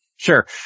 Sure